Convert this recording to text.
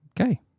Okay